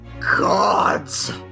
gods